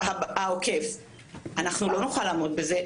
אנחנו לא נוכל לעמוד בזה.